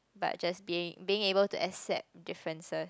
but just be being able to accept differences